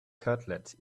cutlet